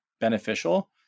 beneficial